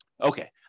Okay